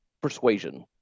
persuasion